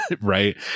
right